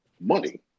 money